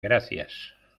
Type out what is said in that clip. gracias